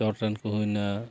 ᱪᱚᱴ ᱨᱮᱱ ᱠᱚ ᱦᱩᱭᱱᱟ